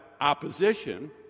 opposition